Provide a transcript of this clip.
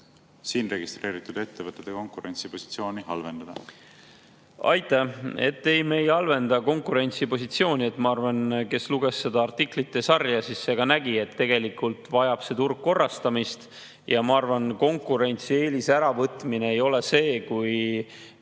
siin registreeritud ettevõtete konkurentsipositsiooni halvendada? Aitäh! Ei, me ei halvenda konkurentsipositsiooni. Ma arvan, et kes luges seda artiklite sarja, see ka nägi, et tegelikult vajab see turg korrastamist. Ma arvan, et konkurentsieelise äravõtmine ei ole see, kui